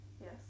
Yes